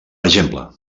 exemple